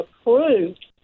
approved